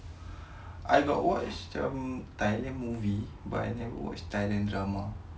I got watch thailand movie but I never watch ten and drama